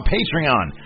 Patreon